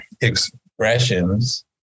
expressions